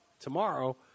tomorrow